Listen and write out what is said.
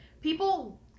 People